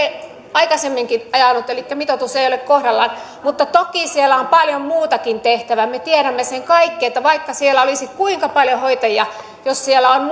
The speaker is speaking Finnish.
aikaisemminkin ajanut elikkä mitoitus ei ole kohdallaan mutta toki siellä on paljon muutakin tehtävää me kaikki tiedämme sen että vaikka siellä olisi kuinka paljon hoitajia niin jos siellä on